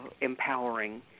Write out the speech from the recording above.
empowering